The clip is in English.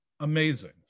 Amazing